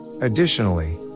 Additionally